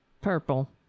purple